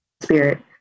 spirit